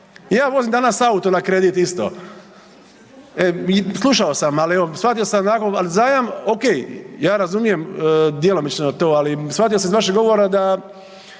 ja vozim danas auto na kredit isto, slušao sam i shvatio sam, ali zajam ok, ja razumijem djelomično to, ali shvatio sam iz vašeg govora dosta